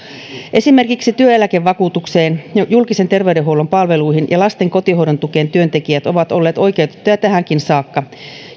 esimerkiksi työeläkevakuutukseen julkisen terveydenhuollon palveluihin ja lasten kotihoidon tukeen työntekijät ovat olleet oikeutettuja tähänkin saakka